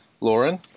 Lauren